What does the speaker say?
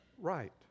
right